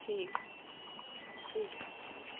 ठीक है ठीक है ठीक